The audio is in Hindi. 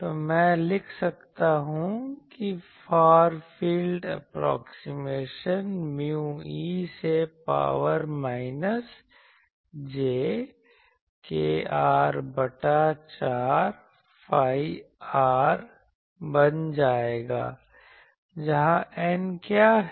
तो मैं लिख सकता हूँ कि far field approximation mu e से पावर माइनस j kr बटा 4 phi r बन जाएगा जहाँ N क्या है